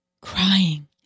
crying